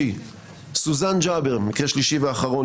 סוזאן ג'אבר, מקרה שלישי ואחרון.